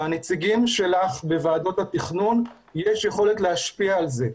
לנציגים שלך בוועדות התכנון יש יכולת להשפיע על זה,